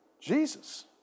Jesus